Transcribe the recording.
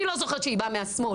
אני לא זוכרת שהיא באה מהשמאל.